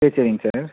சரி சரிங்க சார்